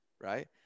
Right